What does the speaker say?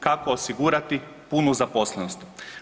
Kako osigurati punu zaposlenost?